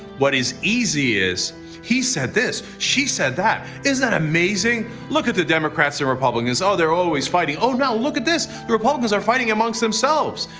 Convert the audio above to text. what is easy is he said this, she said that isn't that amazing? look at the democrats and republicans, ah they're always fighting. oh no, look at this the republicans are fighting amongst themselves.